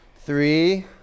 Three